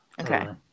Okay